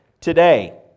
today